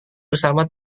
bersama